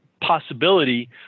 possibility